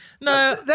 No